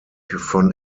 von